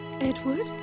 Edward